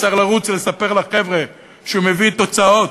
והיה צריך לרוץ לספר לחבר'ה שהוא מביא תוצאות,